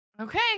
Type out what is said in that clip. Okay